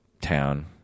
town